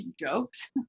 jokes